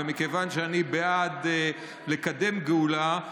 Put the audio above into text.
ומכיוון שאני בעד לקדם גאולה,